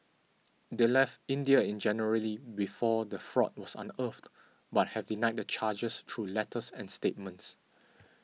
they left India in January before the fraud was unearthed but have denied the charges through letters and statements